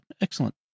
Excellent